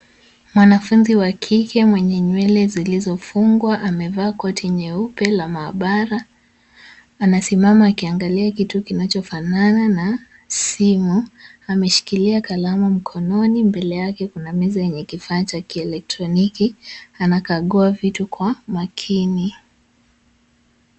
Mwanafunzi wa kike mwenye nywele zilizofungwa amevaa koti nyeupe la maabara. Anasimama akiangalia kitu kinachofanana na simu. Ameshikilia kalamu mkononi. Mbele yake kuna meza yenye kifaa cha kielektroniki. Anakagua vitu kwa makini.